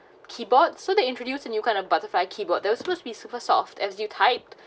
keyboard so they introduced a new kind of butterfly keyboard that was supposed to be super soft as you type